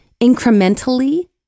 incrementally